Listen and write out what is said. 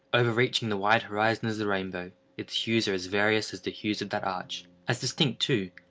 overreaching the wide horizon as the rainbow, its hues are as various as the hues of that arch as distinct too,